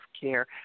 care